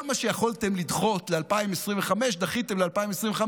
כל מה שיכולתם לדחות ל-2025, דחיתם ל-2025,